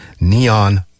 Neon